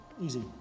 easy